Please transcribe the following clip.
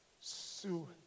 Sue